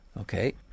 Okay